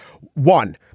One